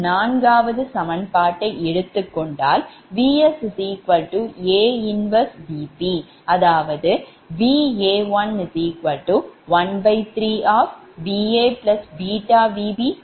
14 சமன்பாட்டைப் எடுத்து கொண்டால் Vs A 1Vp அதாவது Va113 VaβVb2Vc